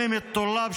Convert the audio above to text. דצמבר,